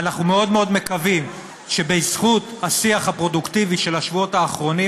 ואנחנו מאוד מאוד מקווים שבזכות השיח הפרודוקטיבי של השבועות האחרונים,